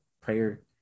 prayer